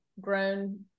grown